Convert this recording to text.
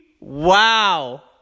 Wow